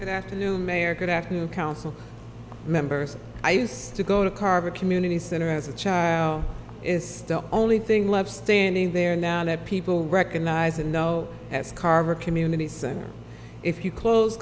ennobles mayor good afternoon council members i used to go to carve a community center as a child is still only thing left standing there now that people recognize and know as carver community center if you close